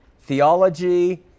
theology